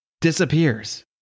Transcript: disappears